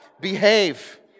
Behave